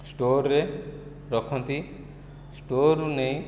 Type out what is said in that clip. ଷ୍ଟୋରରେ ରଖନ୍ତି ଷ୍ଟୋରରୁ ନେଇ